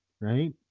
right